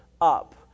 up